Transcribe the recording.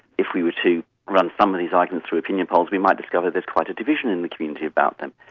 if we were to run some of these arguments through opinion polls, we might discover there's quite a division in the community about them.